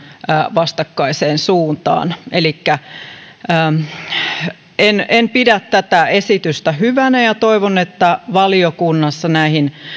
vastakkaiseen suuntaan en en pidä tätä esitystä hyvänä ja toivon että valiokunnassa näihin